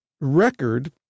record